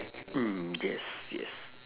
mm yes yes